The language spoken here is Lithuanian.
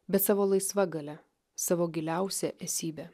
bet savo laisva galia savo giliausia esybe